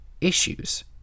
issues